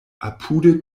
apude